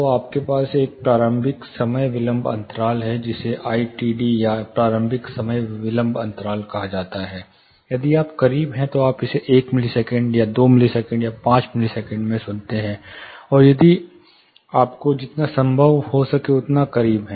तो आपके पास एक प्रारंभिक समय विलंब अंतराल है जिसे I T D या प्रारंभिक समय विलंब अंतराल कहा जाता है यदि आप करीब हैं तो आप इसे 1 मिलीसेकंड 2 मिलीसेकंड या 5 मिलीसेकंड में सुनते हैं यदि आपको जितना संभव हो उतना करीब है